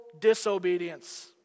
disobedience